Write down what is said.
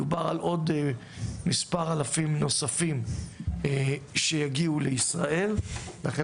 מדובר על עוד מספר אלפים נוספים שיגיעו לישראל ולכן